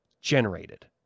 generated